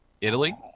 Italy